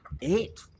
eight